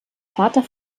vater